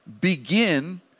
begin